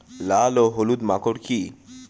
লাল ও হলুদ মাকর কী?